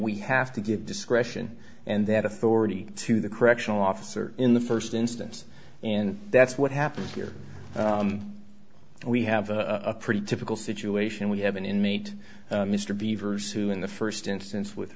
we have to give discretion and that authority to the correctional officer in the st instance and that's what happened here we have a pretty typical situation we have an inmate mr beaver's who in the st instance with